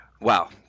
Wow